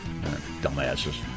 Dumbasses